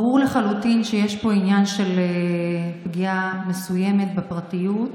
ברור לחלוטין שיש פה עניין של פגיעה מסוימת בפרטיות.